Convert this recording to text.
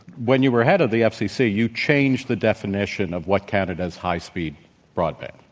when you were head of the fcc, you changed the definition of what counted as highspeed broadband.